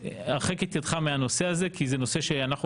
הרחק את ידך מהנושא הזה כי זה נושא שאנחנו,